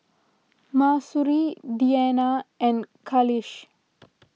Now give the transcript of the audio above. Mahsuri Diyana and Khalish